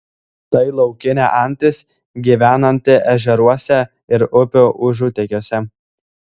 tai laukinė antis gyvenanti ežeruose ir upių užutėkiuose